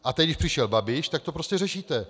A teď, když přišel Babiš, tak to prostě řešíte.